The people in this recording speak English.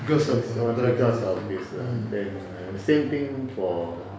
because of mm